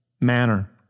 manner